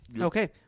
okay